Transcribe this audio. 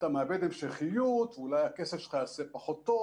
אתה מאבד המשכיות, אולי הכסף שלך יעשה פחות טוב.